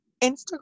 Instagram